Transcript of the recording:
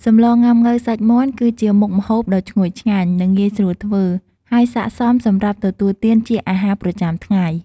សម្លងុាំង៉ូវសាច់មាន់ គឺជាមុខម្ហូបដ៏ឈ្ងុយឆ្ងាញ់ និងងាយស្រួលធ្វើ ហើយស័ក្តិសមសម្រាប់ទទួលទានជាអាហារប្រចាំថ្ងៃ។